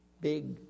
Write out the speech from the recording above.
big